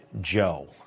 Joe